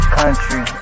country